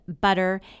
butter